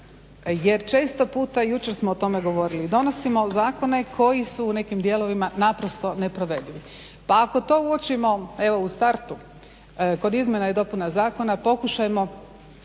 Jer često puta, jučer smo o tome govorili donosimo zakone koji su u nekim dijelovima naprosto neprovedivi. Pa ako to uočimo evo u startu kod izmjena i dopuna zakona pokušajmo